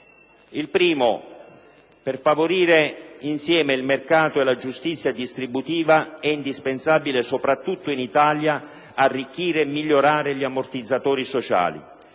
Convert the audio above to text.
tutto, per favorire insieme il mercato e la giustizia distributiva è indispensabile, soprattutto in Italia, arricchire e migliorare gli ammortizzatori sociali;